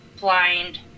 blind